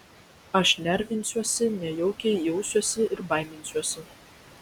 aš nervinsiuosi nejaukiai jausiuosi ir baiminsiuosi